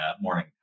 morning